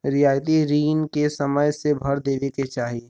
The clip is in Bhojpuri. रियायती रिन के समय से भर देवे के चाही